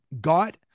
got